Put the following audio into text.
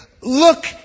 look